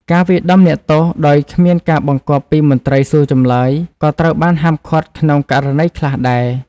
ការវាយដំអ្នកទោសដោយគ្មានការបង្គាប់ពីមន្ត្រីសួរចម្លើយ ក៏ត្រូវបានហាមឃាត់ក្នុងករណីខ្លះដែរ។